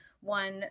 One